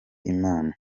imana